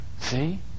see